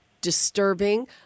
disturbing